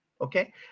okay